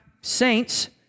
saints